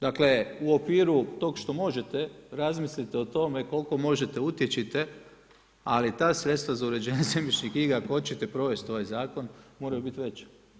Dakle u okviru toga što možete razmislite o tome koliko možete utječite, ali ta sredstva za uređenje zemljišnih knjiga ako hoćete provesti ovaj zakon moraju biti veća.